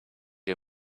you